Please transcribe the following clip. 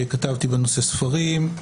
כתבתי בנושא ספרים,